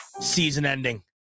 season-ending